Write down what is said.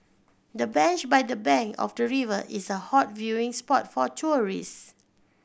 the bench by the bank of the river is a hot viewing spot for tourist